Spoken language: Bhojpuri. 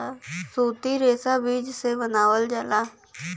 सूती रेशा बीज से बनावल जाला